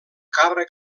cabra